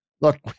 look